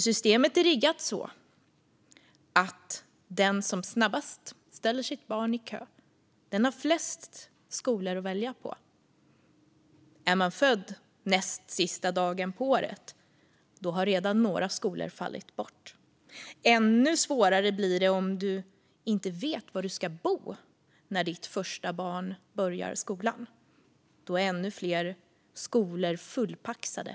Systemet är nämligen riggat så att den som snabbast ställer sitt barn i kö har flest skolor att välja på. Är man född näst sista dagen på året har några skolor redan fallit bort. Ännu svårare blir det om du inte vet var du ska bo när ditt första barn börjar skolan. Då är ännu fler skolor fullpaxade.